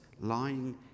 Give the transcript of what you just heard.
lying